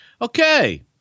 okay